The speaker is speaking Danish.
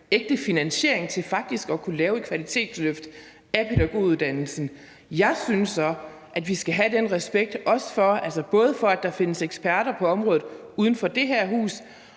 ægte finansiering til faktisk at kunne lave et kvalitetsløft af pædagoguddannelsen. Jeg synes så, at vi både skal have respekt for, at der findes eksperter på området uden for det her hus,